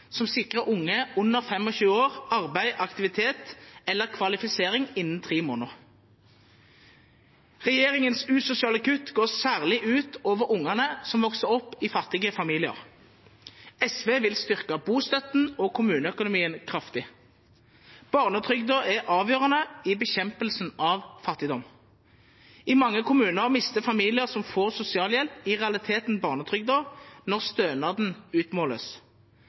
som sikrer unge under 25 år arbeid, aktivitet eller kvalifisering innen tre måneder. Regjeringens usosiale kutt går særlig ut over ungene som vokser opp i fattige familier. SV vil styrke bostøtten og kommuneøkonomien kraftig. Barnetrygden er avgjørende i bekjempelsen av fattigdom. I mange kommuner mister familier som får sosialhjelp, i realiteten barnetrygden når stønaden utmåles.